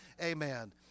Amen